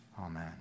Amen